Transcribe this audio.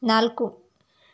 ನಾಲ್ಕು